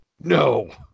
No